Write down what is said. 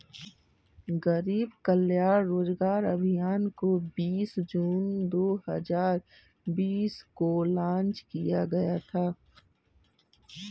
गरीब कल्याण रोजगार अभियान को बीस जून दो हजार बीस को लान्च किया गया था